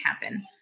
happen